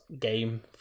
game